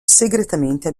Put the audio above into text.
segretamente